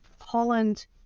Holland